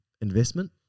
investment